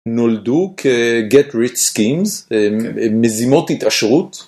נולדו כגט ריץ סקיימס, מזימות התעשרות.